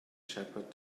shepherd